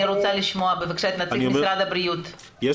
אני רוצה לשמוע את נציג משרד הבריאות, בבקשה.